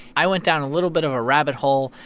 i went down a little bit of a rabbit hole.